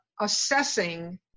assessing